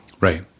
Right